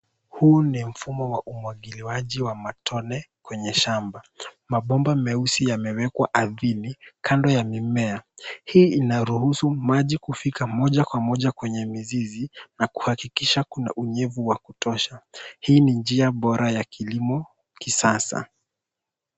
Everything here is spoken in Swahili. Huu ni mfumo wa umwagiliwaji wa matone kwenye shamba. Mabomba meusi yamewekwa ardhini kando ya mimea. Hii inaruhusu maji kufika moja kwa moja kwenye mizizi, na kuhakikisha kuna unyevu wa kutosha. Hii ni njia bora ya kilimo kisasa.